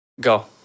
go